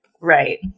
Right